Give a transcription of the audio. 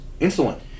insulin